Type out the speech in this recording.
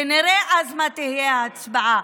ונראה אז מה תהיה ההצבעה.